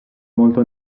molto